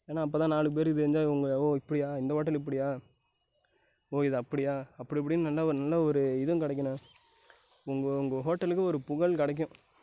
ஏன்னால் அப்போ தான் நாலு பேர் இது வந்து உங்கள் ஓ இப்படியா இந்த ஹோட்டல் இப்படியா ஓ இது அப்படியா அப்படி இப்படின்னு நல்ல ஒரு நல்ல ஒரு இதுவும் கிடைக்குண்ணே உங்கள் உங்கள் ஹோட்டலுக்கு ஒரு புகழ் கிடைக்கும்